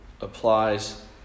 applies